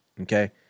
okay